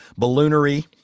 balloonery